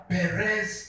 Perez